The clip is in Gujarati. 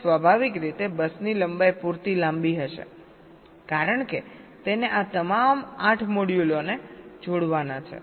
હવે સ્વાભાવિક રીતે બસની લંબાઈ પૂરતી લાંબી હશે કારણ કે તેને આ તમામ 8 મોડ્યુલોને જોડવાના છે